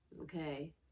Okay